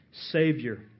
Savior